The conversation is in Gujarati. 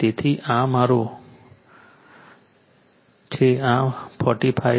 તેથી આ મારો છે આપણને 45